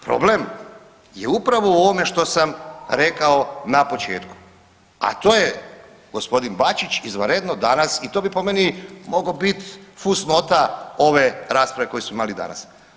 Problem je upravo u ovome što sam rekao na početku, a to je gospodin Bačić izvanredno danas i to bi po meni mogao bit fusnota ove rasprave koju smo imali danas.